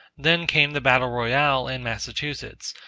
then came the battle royal in massachusetts,